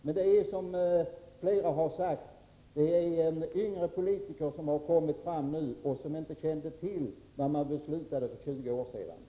Men det är, som flera har sagt, en yngre politiker som har kommit fram nu och som inte kände till vad man beslutade för 20 år sedan.